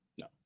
No